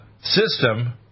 system